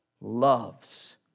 Loves